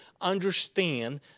understand